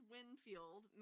Winfield